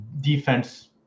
defense